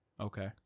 okay